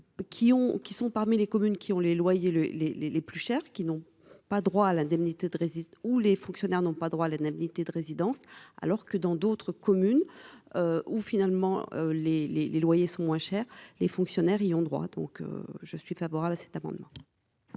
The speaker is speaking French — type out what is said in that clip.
qui sont parmi les communes qui ont les loyers les, les, les, les plus chers qui n'ont pas droit à l'indemnité de résiste ou les fonctionnaires n'ont pas droit à l'indemnité de résidence, alors que dans d'autres communes où finalement les, les, les loyers sont moins chers, les fonctionnaires y ont droit, donc je suis favorable à cet amendement.